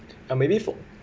uh maybe for